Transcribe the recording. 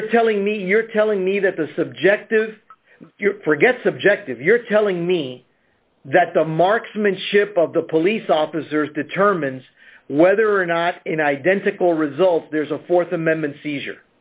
you're telling me you're telling me that the subjective forget subjective you're telling me that the marksmanship of the police officers determines whether or not in identical results there's a th amendment seizure